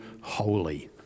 holy